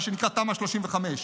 מה שנקרא תמ"א 35,